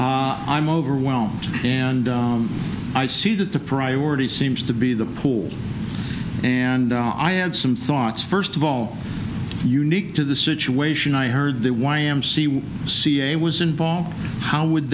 i'm overwhelmed and i see that the priority seems to be the pool and i had some thoughts first of all unique to the situation i heard the y m c a cia was involved how would